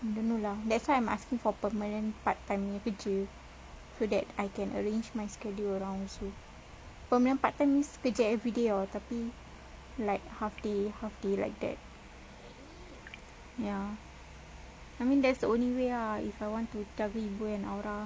I don't know lah that's why I'm asking for permanent part time punya kerja so that I can arrange my schedule around also permanent part time means kerja every day or tapi like half day half day like that ya I mean that's the only way ah if I want to jaga ibu and aura